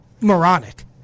moronic